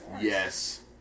Yes